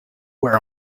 were